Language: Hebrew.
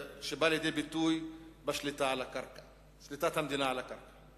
שבאה לידי ביטוי בשיטה בשליטת המדינה על הקרקע.